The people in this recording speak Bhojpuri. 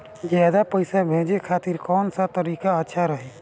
ज्यादा पईसा भेजे खातिर कौन सा तरीका अच्छा रही?